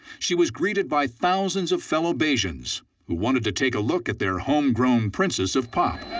she was greeted by thousands of fellow bajans who wanted to take a look at their homegrown princess of pop.